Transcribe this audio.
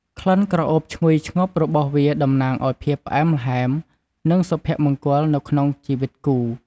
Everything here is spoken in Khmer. ក្លិនក្រអូបឈ្ងុយឈ្ងប់របស់វាក៏តំណាងឱ្យភាពផ្អែមល្ហែម និងសុភមង្គលនៅក្នុងជីវិតគូ។